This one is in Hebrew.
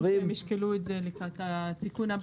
נציגי משרד הבריאות אמרו שהם ישקלו את זה לקראת התיקון הבא,